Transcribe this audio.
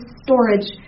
storage